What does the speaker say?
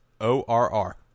O-R-R